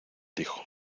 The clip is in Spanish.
hijo